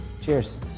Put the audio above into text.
cheers